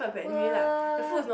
what